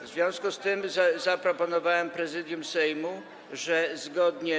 W związku z tym zaproponowałem Prezydium Sejmu, żeby zgodnie.